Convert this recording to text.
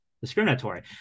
Discriminatory